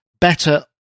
better